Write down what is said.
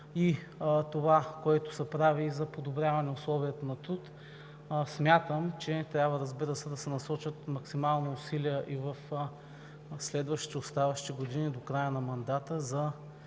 и това, което се прави за подобряване условията на труд. Смятам, че трябва да се насочат максимално усилия и в следващите оставащи години до края на мандата за